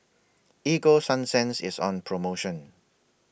Ego Sunsense IS on promotion